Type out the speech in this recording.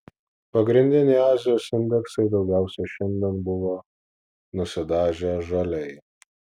pagrindiniai azijos indeksai daugiausiai šiandien buvo nusidažę žaliai